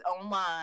online